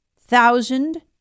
thousand